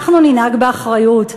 אנחנו ננהג באחריות.